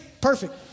perfect